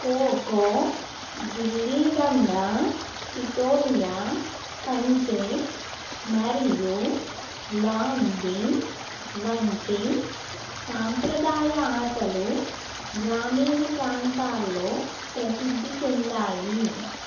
ఖో ఖో గిల్లీ దండా సిటోలియా కంచె మరియు లాంగ్డి వంటి సాంప్రదాయ ఆటలు గ్రామీణ ప్రాంతాల్లో ప్రసిద్ధి చెందాయి